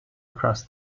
across